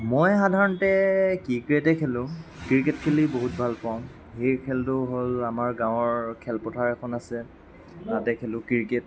মই সাধাৰণতে ক্ৰিকেটে খেলোঁ ক্ৰিকেট খেলি বহুত ভাল পাওঁ ক্ৰিকেট খেলটো হ'ল আমাৰ গাঁৱৰ খেলপথাৰ এখন আছে তাতে খেলোঁ ক্ৰিকেট